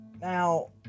Now